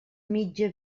mitja